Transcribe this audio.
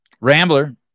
Rambler